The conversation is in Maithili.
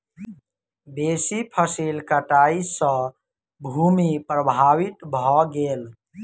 बेसी फसील कटाई सॅ भूमि प्रभावित भ गेल